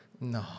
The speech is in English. No